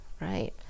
right